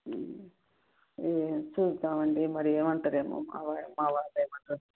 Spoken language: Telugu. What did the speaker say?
ఏమో చూద్దాం అండి మరి ఏమంటారో ఏమో మా వారు మా వారు ఏమంటారో